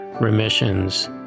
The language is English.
remissions